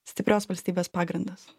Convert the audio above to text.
stiprios valstybės pagrindas